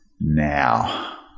now